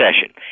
session